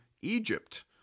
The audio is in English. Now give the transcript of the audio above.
Egypt